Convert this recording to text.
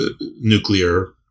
nuclear